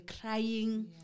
crying